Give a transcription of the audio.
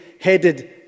headed